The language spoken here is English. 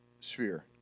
sphere